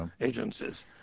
agencies